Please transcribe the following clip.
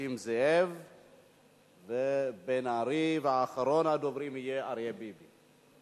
נסים זאב ובן-ארי, ואחרון הדוברים יהיה אריה ביבי.